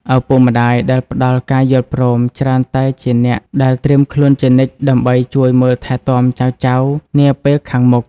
ឪពុកម្ដាយដែលផ្ដល់ការយល់ព្រម ច្រើនតែជាអ្នកដែលត្រៀមខ្លួនជានិច្ចដើម្បីជួយមើលថែទាំចៅៗនាពេលខាងមុខ។